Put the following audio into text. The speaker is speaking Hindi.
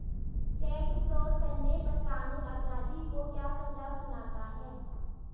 चेक फ्रॉड करने पर कानून अपराधी को क्या सजा सुनाता है?